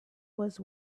was